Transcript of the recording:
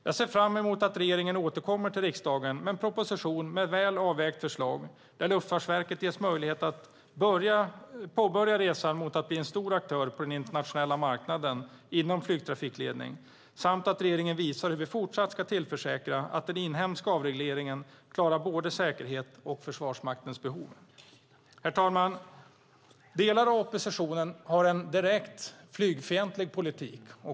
Jag ser fram emot att regeringen återkommer till riksdagen med en proposition med ett väl avvägt förslag där Luftfartsverket ges möjlighet att påbörja resan mot att bli en stor aktör på den internationella marknaden inom flygtrafikledning samt att regeringen visar hur vi fortsatt ska tillförsäkra att den inhemska avregleringen klarar både säkerhet och Försvarsmaktens behov. Herr talman! Delar av oppositionen har en direkt flygfientlig politik.